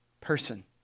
person